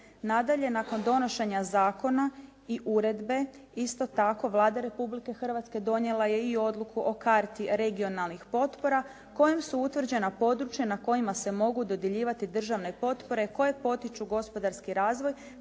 Nadalje, nakon donošenja zakona i uredbe isto tako Vlada Republike Hrvatske donijela je i odluku o karti regionalnih potpora kojim su utvrđena područja na kojima se mogu dodjeljivati državne potpore koje potiču gospodarski razvoj,